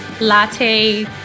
latte